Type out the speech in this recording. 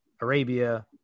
Arabia